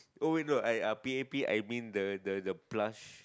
oh ya no I I uh p_a_p I mean the the the plush